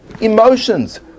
emotions